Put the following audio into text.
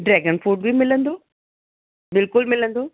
dragon fruit बि मिलंदो बिल्कुलु मिलंदो